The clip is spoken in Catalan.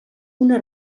una